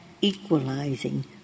equalizing